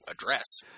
address